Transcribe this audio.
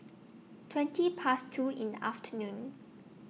twenty Past two in The afternoon